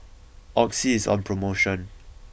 Oxy is on promotion